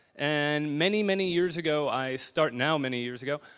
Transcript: and many, many years ago, i start now many years ago,